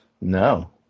No